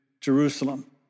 Jerusalem